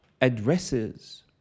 addresses